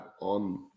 on